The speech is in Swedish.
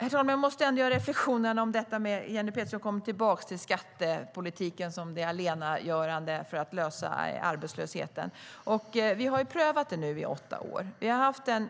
Herr talman! Jenny Petersson kommer tillbaka till skattepolitiken som det allenagörande för att lösa arbetslösheten. Vi har prövat det i åtta år nu.